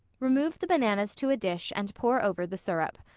remove the bananas to a dish and pour over the syrup.